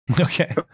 Okay